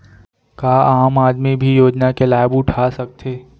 का आम आदमी भी योजना के लाभ उठा सकथे?